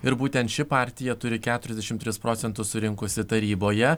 ir būtent ši partija turi keturiasdešimt tris procentus surinkusi taryboje